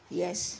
yes